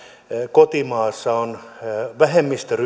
kotimaassa olevaan vähemmistöön